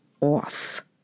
off